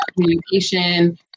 communication